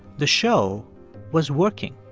the show was working.